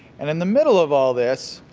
and in the middle of all this,